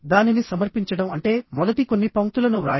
దానిని సమర్పించడం అంటే మొదటి కొన్ని పంక్తులను వ్రాయడం